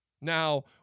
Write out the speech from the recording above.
Now